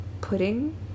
Pudding